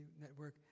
network